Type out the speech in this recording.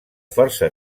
força